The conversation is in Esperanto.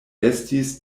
estis